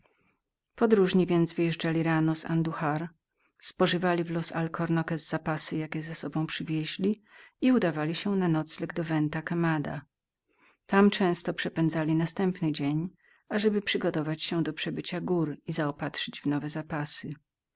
podróżni więc wyjeżdżali rano z anduhar obiadowali w los alcornoques zapasami jakie ze sobą przywieźli i udawali się na nocleg do venta quemada tam często następny dzień przepędzali ażeby przygotować się do przebycia gór i zaopatrzyć w nowe zapasy